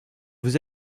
vous